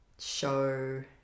show